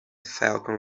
falcon